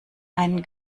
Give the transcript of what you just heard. einen